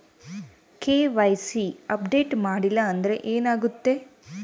KYC update ಮಾಡಿಲ್ಲ ಅಂದ್ರೆ ಏನಾಗುತ್ತೆ?